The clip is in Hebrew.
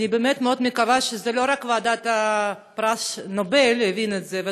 אני באמת מאוד מקווה שלא רק ועדת פרס נובל תבין את זה אלא